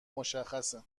مشخصه